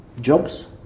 Jobs